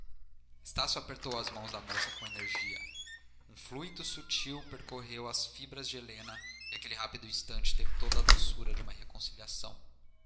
estácio apertou as mãos da moça com energia um fluido sutil percorreu as fibras de helena e aquele rápido instante teve toda a doçura de uma reconciliação